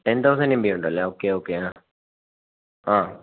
ten thousand M B ഉണ്ടല്ലേ okay okay ആ ആ